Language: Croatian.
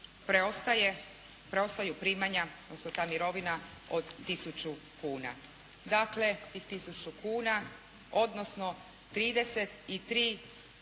preostaju primanja odnosno ta mirovina od tisuću kuna. Dakle, tih tisuću kuna odnosno 33 kune